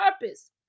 purpose